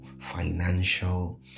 financial